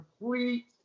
complete